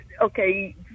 Okay